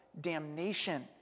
damnation